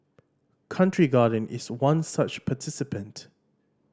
country Garden is one such participant